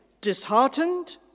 Disheartened